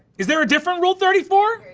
is there a different rule thirty four?